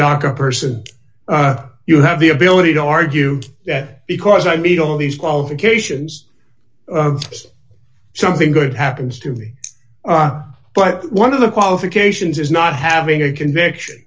doctor person you have the ability to argue that because i meet all these qualifications something good happens to me but one of the qualifications is not having a conviction